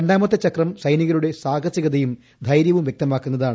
രണ്ടാമത്തെ ചക്രം സൈനികരുടെ സാഹസികതയും ധൈര്യവും വൃക്തമാക്കുന്നതാണ്